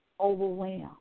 Overwhelmed